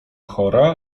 chora